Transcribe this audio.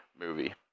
movie